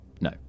No